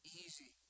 easy